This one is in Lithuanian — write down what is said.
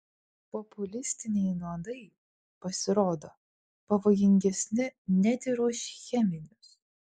populistiniai nuodai pasirodo pavojingesni net ir už cheminius